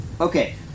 Okay